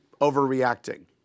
overreacting